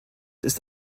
ist